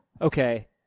Okay